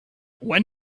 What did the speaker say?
when